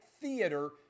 theater